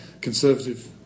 conservative